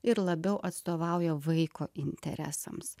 ir labiau atstovauja vaiko interesams